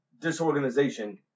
disorganization